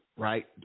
Right